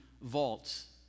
vaults